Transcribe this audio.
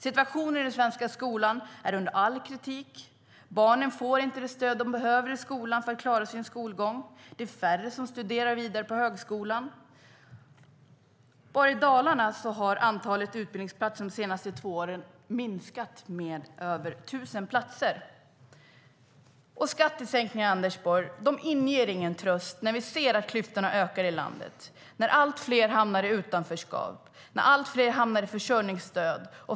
Situationen i den svenska skolan är under all kritik. Barnen får inte det stöd de behöver i skolan för att klara sin skolgång. Det är färre som studerar vidare på högskolan. Bara i Dalarna har antalet utbildningsplatser de senaste två åren minskat med över 1 000 platser. Skattesänkningar inger ingen tröst, Anders Borg, när vi ser att klyftorna ökar i landet och att allt fler hamnar i utanförskap och försörjningsstöd.